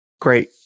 Great